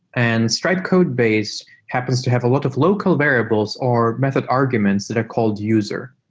and stripe codebase happens to have a lot of local variables or method arguments that are called user.